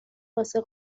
واسه